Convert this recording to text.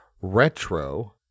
retro